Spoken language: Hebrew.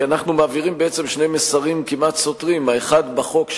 כי אנחנו מעבירים בעצם שני מסרים כמעט סותרים: האחד בחוק,